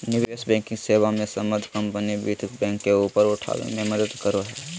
निवेश बैंकिंग सेवा मे सम्बद्ध कम्पनी वित्त बैंक के ऊपर उठाबे मे मदद करो हय